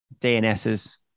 DNS's